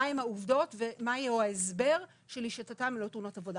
מה הם העובדות ומהו ההסבר שלשיטתם הם לא תאונות עבודה.